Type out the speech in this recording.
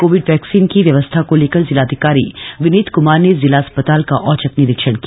Covid vaccine की व्यवस्था को लेकर जिलाधिकारी विनीत कुमार ने जिला अस्पताल का औचक निरीक्षण किया